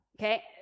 okay